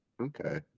okay